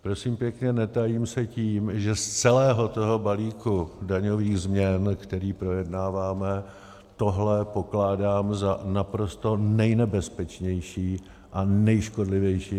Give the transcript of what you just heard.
Prosím pěkně, netajím se tím, že z celého toho balíku daňových změn, který projednáváme, tohle pokládám za naprosto nejnebezpečnější a nejškodlivější návrh.